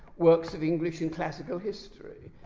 works of english and classical history,